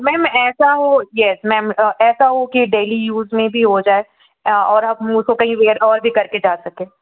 ma'am ऐसा हो yes ma'am ऐसा हो कि डेली यूज़ में भी हो जाए और हम उसको कहीं वेयर और भी कर के जा सकें